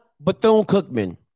Bethune-Cookman